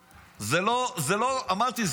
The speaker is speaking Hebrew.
ואמרתי,